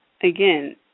again